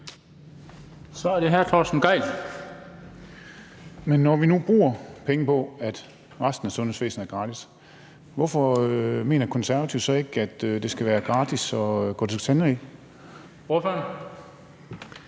Torsten Gejl (ALT): Men når vi nu bruger penge på, at resten af sundhedsvæsenet er gratis, hvorfor mener Konservative så ikke, at det skal være gratis at gå til tandlæge?